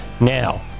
Now